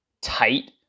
tight